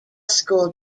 school